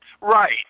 Right